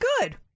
good